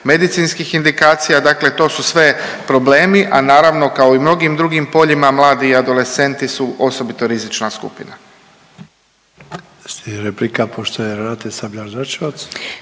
medicinskih indikacija, dakle to su sve problemi, a naravno kao i u mnogim drugim poljima mladi i adolescenti su osobito rizična skupina.